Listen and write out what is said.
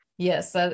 Yes